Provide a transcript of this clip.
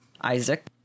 Isaac